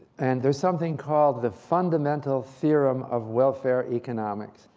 and there's something called the fundamental theorem of welfare economics